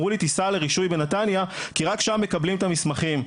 אמרו לי לנסוע לרישוי בנתניה כי רק שם מקבלים את המסמכים.